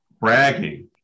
bragging